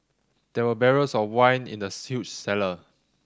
there were barrels of wine in the huge cellar